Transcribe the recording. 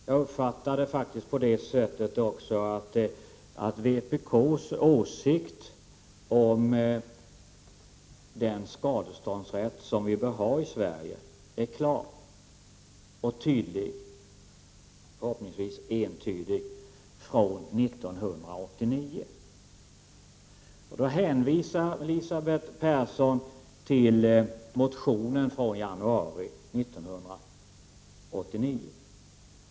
Herr talman! Jag uppfattade det som att vpk:s åsikt om den skadeståndsrätt vi bör ha i Sverige från 1989 är klar och tydlig, förhoppningsvis entydig. Elisabeth Persson hänvisade till motionen från januari 1989.